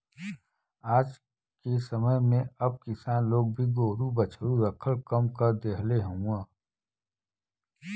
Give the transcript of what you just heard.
आजके समय में अब किसान लोग भी गोरु बछरू रखल कम कर देहले हउव